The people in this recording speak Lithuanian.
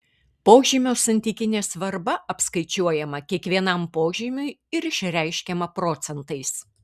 požymio santykinė svarba apskaičiuojama kiekvienam požymiui ir išreiškiama procentais